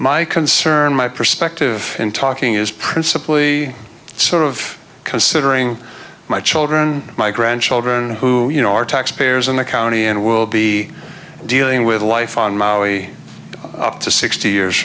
my concern my perspective in talking is principally sort of considering my children my grandchildren who you know are taxpayers in the county and will be dealing with life on maui up to sixty years